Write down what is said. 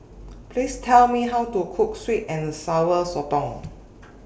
Please Tell Me How to Cook Sweet and Sour Sotong